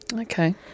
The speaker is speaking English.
Okay